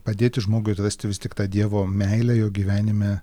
padėti žmogui atrasti vis tik tą dievo meilę jo gyvenime